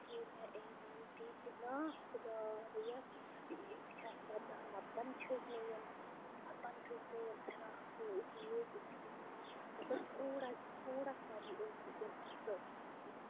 یِتھُے مےٚ أمۍ یِم دِتۍ نا خۄدایاہ ہے بہٕ چھَس وَدان لَبن چھٔکۍ مےٚ یِم لَبن گٔے مےٚ یِم فِراکھ سوٗٹ ییٚتہِ چھِنہٕ مطلب تھوڑا تھوڑا سا بی ٲس نہٕ تِم اَصٕل